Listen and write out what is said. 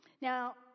Now